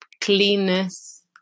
cleanness